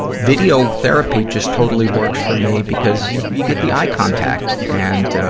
video therapy just totally works for me because you you get the eye contact. and, ah,